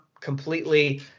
completely